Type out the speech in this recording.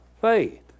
faith